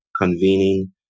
convening